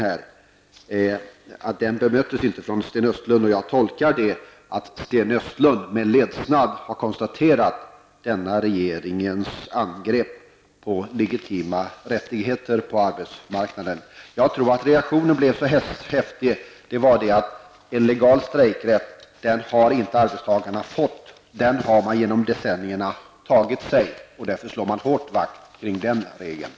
Den kritiken bemötte inte Sten Östlund. Jag tolkar det som att Sten Östlund med ledsnad har konstaterat detta regeringens angrepp på legitima rättigheter på arbetsmarknaden. Förklaringen till att reaktionen blev så häftig tror jag var att en legal strejkrätt har inte arbetstagarna fått. Det har man genom decennierna tagit sig rätt till, och därför slår man hårt vakt om den rättigheten.